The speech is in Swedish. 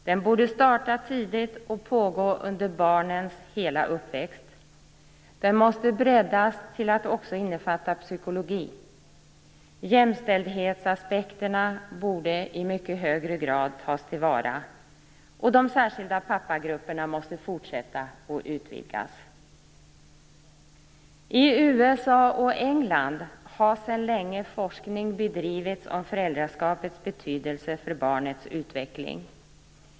Den borde starta tidigt och pågå under barnens hela uppväxt. Den måste breddas till att också innefatta psykologi. Jämställdhetsaspekterna borde i högre grad tas till vara. Det särskilda pappagrupperna måste fortsätta att utvidgas. I USA och England har sedan länge forskning bedrivits om föräldraskapets betydelse för barnets utveckling.